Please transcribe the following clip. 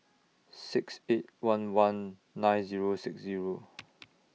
six eight one one nine Zero six Zero